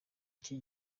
iki